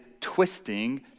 twisting